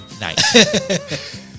night